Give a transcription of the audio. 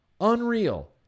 unreal